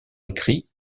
écrit